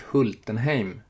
Hultenheim